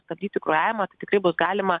stabdyti kraujavimą tai tikrai bus galima